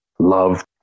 love